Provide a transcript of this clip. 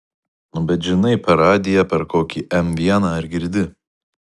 nu bet žinai per radiją per kokį m vieną ar girdi